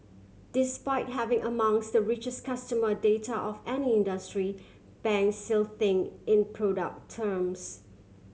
despite having amongst the richest customer data of any industry banks still think in product terms